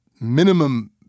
minimum